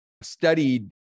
studied